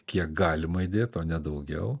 kiek galima įdėt o ne daugiau